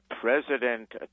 president